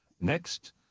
Next